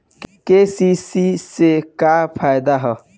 KCC से का फायदा ह?